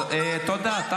לא, לא, אין שום הוגנות.